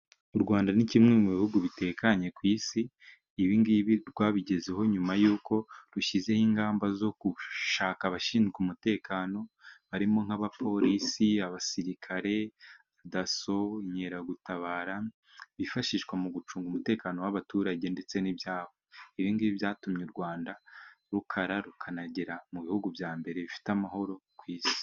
U Rwanda ni kimwe mu bihugu bitekanye ku Isi, ibi ngibi rwabigezeho nyuma y'uko rushyizeho ingamba zo gushaka abashinzwe umutekano barimo nk'abapolisi, abasirikare, daso, inkeragutabara bifashishwa mu gucunga umutekano w'abaturage ndetse n'ibyabo. Ibi ngibi byatumye u Rwanda rukara rukanagera mu bihugu bya mbere bifite amahoro ku isi.